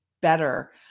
better